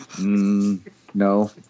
No